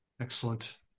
Excellent